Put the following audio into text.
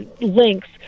links